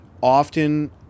often